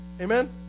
Amen